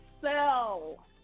sell